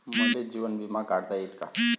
मले जीवन बिमा काढता येईन का?